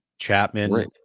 Chapman